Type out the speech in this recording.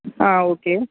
ஆ okay